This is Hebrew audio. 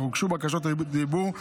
אך הוגשו בקשות רשות דיבור.